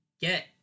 get